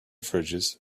fridges